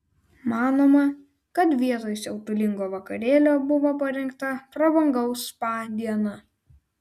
manoma kad vietoj siautulingo vakarėlio buvo pasirinkta prabangaus spa diena